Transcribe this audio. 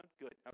Good